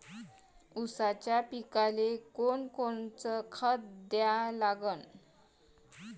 ऊसाच्या पिकाले कोनकोनचं खत द्या लागन?